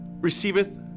receiveth